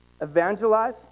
Evangelize